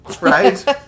right